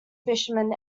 fishermen